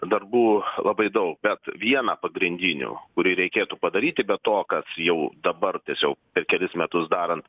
darbų labai daug bet viena pagrindinių kurį reikėtų padaryti be to kad jau dabar tiesiog per kelis metus darant